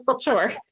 sure